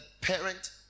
parent